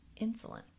insulin